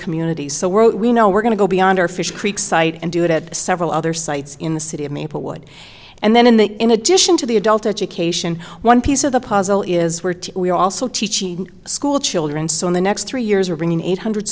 communities so we know we're going to go beyond our fish creek site and do it at several other sites in the city of maplewood and then in the in addition to the adult education one piece of the puzzle is where to we also teach school children so in the next three years we're bringing eight hundred